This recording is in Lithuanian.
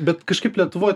bet kažkaip lietuvoj